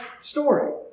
story